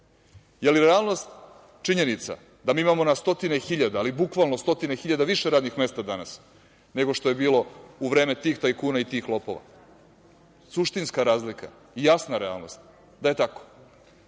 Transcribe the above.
li je realnost činjenica da mi imamo na stotine hiljada, ali bukvalno, na stotine hiljada više radnih mesta danas nego što je bilo u vreme tih tajkuna i tih lopova? Suštinska razlika i jasna realnost da je tako.